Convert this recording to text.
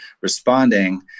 responding